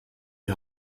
die